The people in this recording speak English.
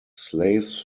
slaves